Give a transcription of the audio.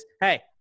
hey